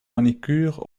manicure